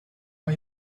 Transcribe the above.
are